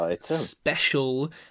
special